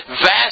vast